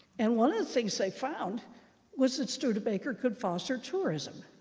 and one of the things they found was that studebaker could foster tourism.